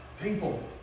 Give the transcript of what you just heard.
people